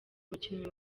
mukinnyi